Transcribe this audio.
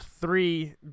three